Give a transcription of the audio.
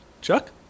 Chuck